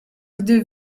gdy